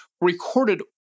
recorded